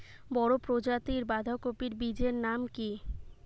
বড় প্রজাতীর বাঁধাকপির বীজের নাম কি?